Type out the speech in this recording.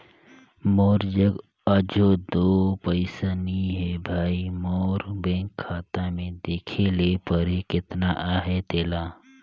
मोर जग अझो दो पइसा नी हे भई, मोर बेंक खाता में देखे ले परही केतना अहे तेला